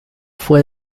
fue